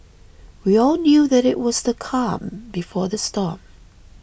we all knew that it was the calm before the storm